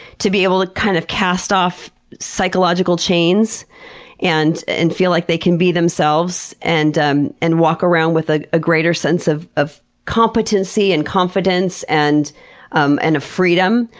to be able to kind of cast off psychological chains and and feel like they can be themselves and um and walk around with a greater sense of of competency and confidence and um and freedom.